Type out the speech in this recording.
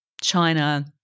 China